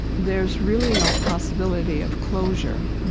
there's really no possibility of closure.